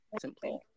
simply